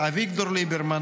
אביגדור ליברמן,